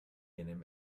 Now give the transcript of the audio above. einem